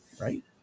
Right